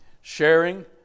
sharing